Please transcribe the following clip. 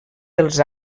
dels